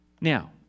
Now